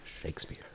Shakespeare